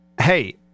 Hey